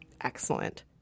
Excellent